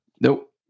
Nope